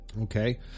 Okay